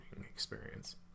experience